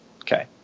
Okay